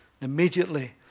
Immediately